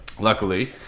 Luckily